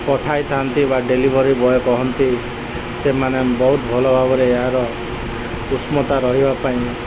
ପଠାଇଥାନ୍ତି ବା delivery boy କହନ୍ତି ସେମାନେ ବହୁତ ଭଲ ଭାବରେ ଏହାର ଉଷ୍ମତା ରହିବା ପାଇଁ